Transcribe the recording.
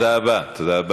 תודה רבה.